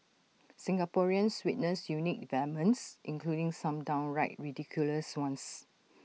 Singaporeans witnessed unique developments including some downright ridiculous ones